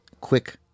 quick